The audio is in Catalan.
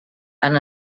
han